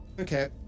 Okay